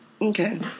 okay